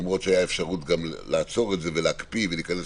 למרות שהייתה אפשרות גם לעצור את זה ולהקפיא ולהיכנס